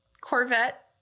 Corvette